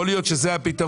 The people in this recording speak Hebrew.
כן, יכול להיות שזה הפתרון.